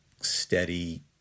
steady